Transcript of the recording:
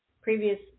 Previous